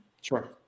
Sure